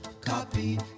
copy